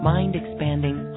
Mind-expanding